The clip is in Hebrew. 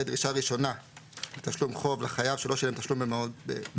"דרישה ראשונה לתשלום חוב לחייב שלא שילם תשלום במועדו,